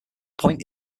point